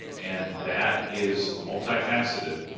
and, that is multi-faceted.